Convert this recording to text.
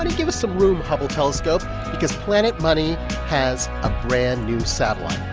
and give us some room, hubble telescope because planet money has a brand new satellite.